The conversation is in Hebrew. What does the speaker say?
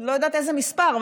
לא יודעת איזה מספר,